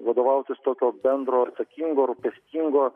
vadovautis tokio bendro atsakingo rūpestingo